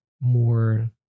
more